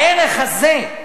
הערך הזה,